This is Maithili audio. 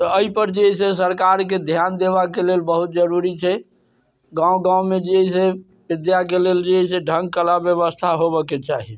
तऽ अइपर जे अइसे सरकारके ध्यान देबाके लेल बहुत जरूरी छै गाँव गाँवमे जे अइसे विद्याके लेल जे है से ढ़ङ्ग कला व्यवस्था होबऽके चाही